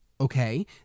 okay